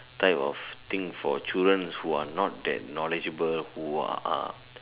type of thing for children who are not that knowledgeable who are